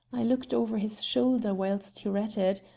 looked over his shoulder whilst he read it.